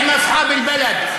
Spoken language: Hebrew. אחנא צחאב אלבלד.